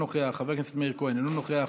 חבר הכנסת מתן כהנא, אינו נוכח,